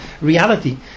reality